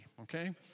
Okay